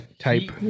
Type